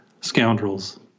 scoundrels